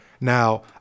Now